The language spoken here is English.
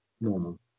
normal